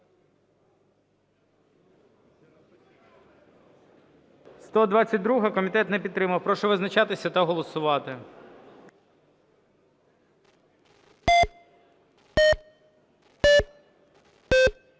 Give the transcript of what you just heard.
Комітет не підтримав. Прошу визначатись та голосувати.